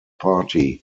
party